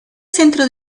centro